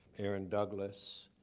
aaron douglas.